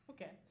Okay